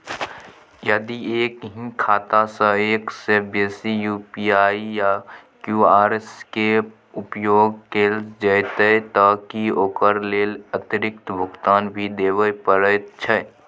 यदि एक ही खाता सं एक से बेसी यु.पी.आई या क्यू.आर के उपयोग कैल जेतै त की ओकर लेल अतिरिक्त भुगतान भी देबै परै छै?